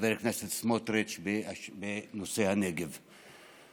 חבר הכנסת סמוטריץ' בנושא הנגב לסדר-היום.